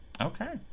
Okay